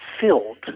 filled